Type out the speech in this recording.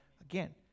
Again